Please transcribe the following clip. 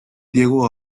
diego